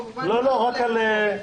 כמובן לא את אלה שפה,